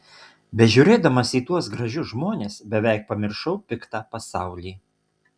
bežiūrėdamas į tuos gražius žmones beveik pamiršau piktą pasaulį